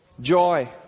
Joy